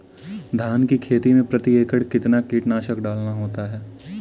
धान की खेती में प्रति एकड़ कितना कीटनाशक डालना होता है?